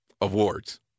awards